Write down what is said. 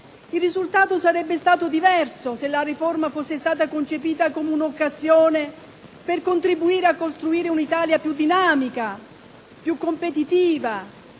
Il risultato sarebbe stato diverso se la riforma fosse stata concepita come un'occasione per contribuire a costruire un'Italia più dinamica, più competitiva,